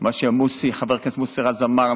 מה שחבר הכנסת מוסי רז אמר,